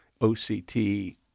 OCT